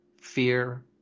fear